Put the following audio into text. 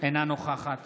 אינה נוכחת